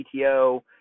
PTO